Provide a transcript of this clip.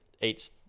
eats